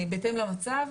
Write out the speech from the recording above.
בהתאם למצב,